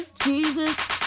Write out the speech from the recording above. Jesus